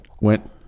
went